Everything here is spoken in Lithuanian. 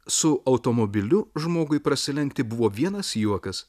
su automobiliu žmogui prasilenkti buvo vienas juokas